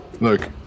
Look